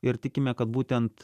ir tikime kad būtent